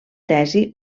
tesi